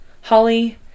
Holly